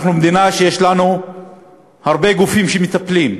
אנחנו מדינה שיש לה הרבה גופים שמטפלים,